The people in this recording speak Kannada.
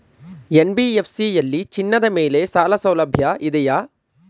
ಎನ್.ಬಿ.ಎಫ್.ಸಿ ಯಲ್ಲಿ ಚಿನ್ನದ ಮೇಲೆ ಸಾಲಸೌಲಭ್ಯ ಇದೆಯಾ?